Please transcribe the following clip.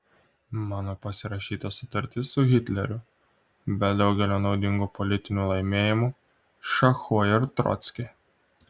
mano pasirašyta sutartis su hitleriu be daugelio naudingų politinių laimėjimų šachuoja ir trockį